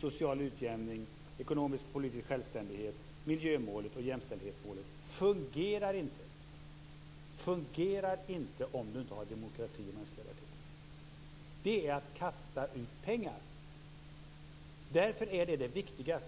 social utjämning, ekonomisk-politisk självständighet, miljömålet och jämställdhetsmålet - inte fungerar om det inte finns demokrati och mänskliga rättigheter. Om det inte finns kastar man ut pengar. Därför är det viktigast.